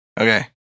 Okay